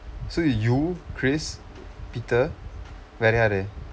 so you chris peter வேற யாரு:veera yaaru